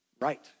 right